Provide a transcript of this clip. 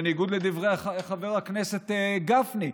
בניגוד לדברי חבר הכנסת גפני,